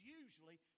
usually